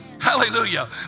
Hallelujah